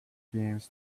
games